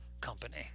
company